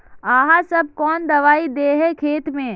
आहाँ सब कौन दबाइ दे है खेत में?